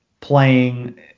playing